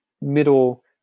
middle